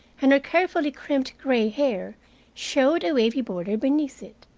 and her carefully crimped gray hair showed a wavy border beneath it.